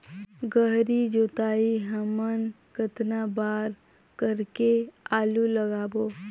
गहरी जोताई हमन कतना बार कर के आलू लगाबो?